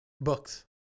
Books